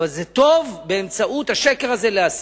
אבל זה טוב באמצעות השקר הזה להסית.